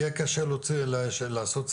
שתהיה אצלנו.